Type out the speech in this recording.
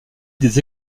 des